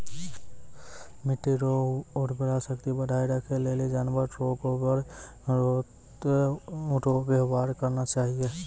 मिट्टी रो उर्वरा शक्ति बढ़ाएं राखै लेली जानवर रो गोबर गोत रो वेवहार करना चाहियो